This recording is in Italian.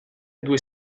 due